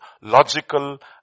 logical